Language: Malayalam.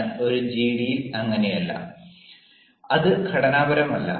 എന്നാൽ ഒരു ജിഡിയിൽ ഇങ്ങനെയല്ല അത് ഘടനാപരമല്ല